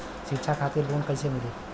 शिक्षा खातिर लोन कैसे मिली?